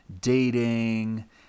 dating